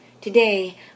Today